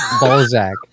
Balzac